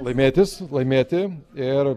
laimėtis laimėti ir